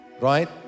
Right